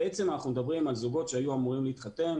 בעצם אנחנו מדברים על זוגות שהיו אמורים להתחתן